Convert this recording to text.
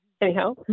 Anyhow